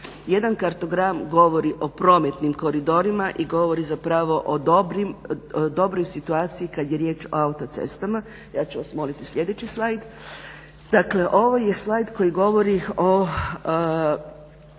Jedan kartogram govori o prometnim koridorima i govori zapravo o dobroj situaciji kad je riječ o autocestama. Ja ću vas moliti sljedeći slajd, dakle ovo je slajd koji govori o